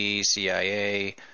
CIA